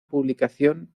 publicación